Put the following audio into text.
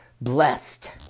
Blessed